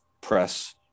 press